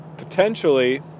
Potentially